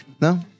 No